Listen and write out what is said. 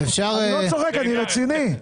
אני רציני.